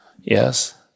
yes